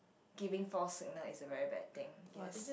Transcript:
giving false signal is a very bad thing yes